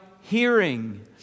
hearing